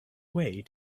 way